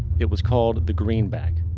it was called the greenback.